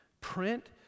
print